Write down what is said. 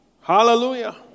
Hallelujah